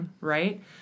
Right